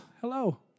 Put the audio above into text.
Hello